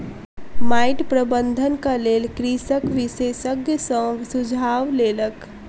माइट प्रबंधनक लेल कृषक विशेषज्ञ सॅ सुझाव लेलक